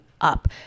up